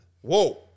whoa